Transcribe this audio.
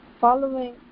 following